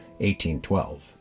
1812